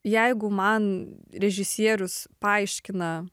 jeigu man režisierius paaiškina